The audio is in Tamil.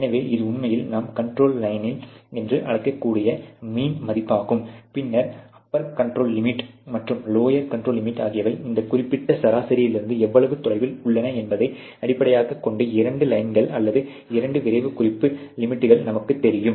எனவே இது உண்மையில் நாம் கண்ட்ரோல் லையன் என்று அழைக்கக்கூடிய மீன் மதிப்பாகும் பின்னர் ஒரு அப்பர் கண்ட்ரோல் லிமிட் மற்றும் லோயர் கண்ட்ரோல் லிமிட் ஆகியவை இந்த குறிப்பிட்ட சராசரியிலிருந்து எவ்வளவு தொலைவில் உள்ளன என்பதை அடிப்படையாகக் கொண்டு இரண்டு லையன்கள் அல்லது இரண்டு விவரக்குறிப்பு லிமிட்கள் நமக்கு தெரியும்